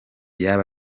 yaba